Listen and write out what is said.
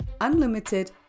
unlimited